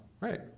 Right